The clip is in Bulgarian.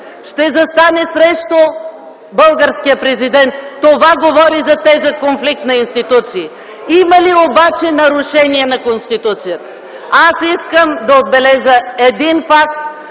ще застане срещу българския президент. Това говори за тежък конфликт на институции. Има ли обаче нарушение на Конституцията? Аз искам да отбележа един факт,